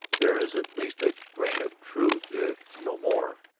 there is at least a grain of truth, if no more,